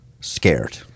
scared